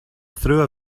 through